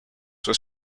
was